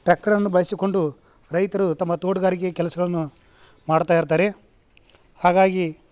ಟ್ರ್ಯಾಕ್ಟ್ರರನ್ನು ಬಳಸಿಕೊಂಡು ರೈತರು ತಮ್ಮ ತೋಟಗಾರಿಕೆಯ ಕೆಲಸಗಳನ್ನು ಮಾಡ್ತಾ ಇರ್ತಾರೆ ಹಾಗಾಗಿ